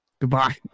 Goodbye